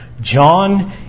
John